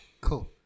cool